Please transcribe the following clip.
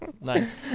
Nice